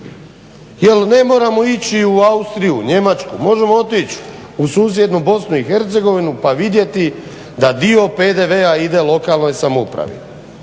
jel ne moramo ići u Austriju, Njemačku. Možemo otići u susjednu BiH pa vidjeti da dio PDV-a ide lokalnoj samoupravi,